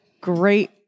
great